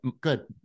good